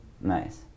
Nice